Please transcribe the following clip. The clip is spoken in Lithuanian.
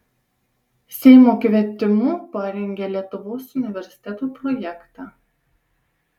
seimo kvietimu parengė lietuvos universiteto projektą